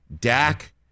Dak